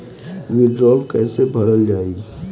वीडरौल कैसे भरल जाइ?